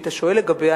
שהיית שואל לגביה,